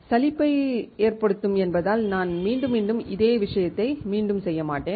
சலிப்பை ஏற்படுத்தும் என்பதால் நான் மீண்டும் மீண்டும் அதே விஷயத்தை மீண்டும் செய்ய மாட்டேன்